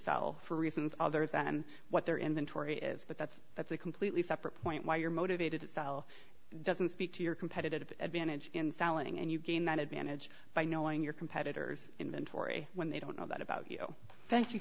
sell for reasons other than what their inventory is but that's that's a completely separate point why you're motivated to sell doesn't speak to your competitive advantage in selling and you gain that advantage by knowing your competitors inventory when they don't know that about you thank you